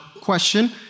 question